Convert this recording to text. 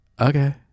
Okay